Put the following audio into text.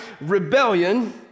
rebellion